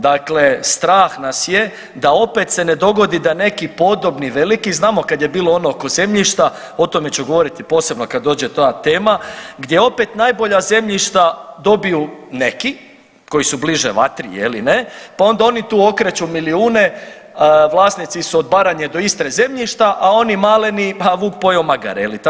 Dakle, strah nas je da opet se ne dogodi da neki podobni veliki, znamo kad je bilo ono oko zemljišta, o tome ću govoriti posebno kad dođe ta tema, gdje opet najbolja zemljišta dobiju neki koji su bliže vatri je li ne, pa onda oni tu okreću milijune, vlasnici su od Baranje do Istre zemljišta, a oni maleni pa vuk pojeo magare je li.